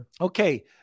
Okay